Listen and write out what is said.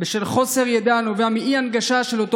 בשל חוסר ידע הנובע מאי-הנגשה של אותו